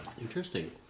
Interesting